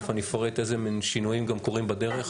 תיכף אני אפרט איזה שינויים קורים בדרך.